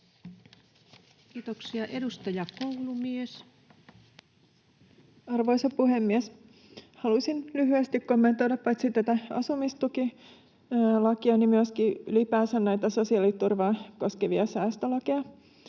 Time: 22:39 Content: Arvoisa puhemies! Halusin lyhyesti kommentoida paitsi tätä asumistukilakia niin myöskin ylipäänsä näitä sosiaaliturvaa koskevia säästölakeja.